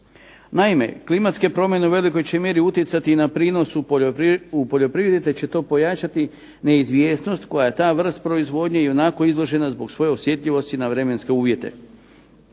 Naime, klimatske promjene u velikoj će mjeri utjecati i na prinos u poljoprivredi te će to pojačati neizvjesnost koja ta vrst proizvodnje ionako izložena zbog svoje osjetljivosti na vremenske uvjete.